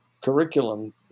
curriculum